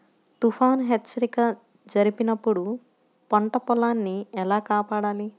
తుఫాను హెచ్చరిక జరిపినప్పుడు పంట పొలాన్ని ఎలా కాపాడాలి?